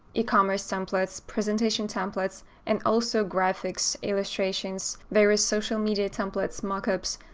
ecommerce templates, presentation templates and also graphics, illustrations, various social media templates, mock-ups,